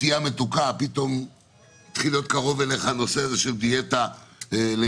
שתייה מתוקה פתאום התחיל להיות קרוב אליך הנושא הזה של דיאטה לילדים,